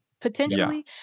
potentially